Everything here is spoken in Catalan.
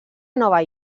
nova